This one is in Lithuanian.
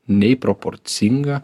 nei proporcinga